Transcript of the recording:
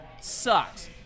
Sucks